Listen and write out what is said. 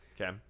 Okay